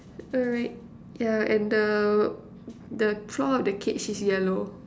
alright yeah and the the floor of the cage is yellow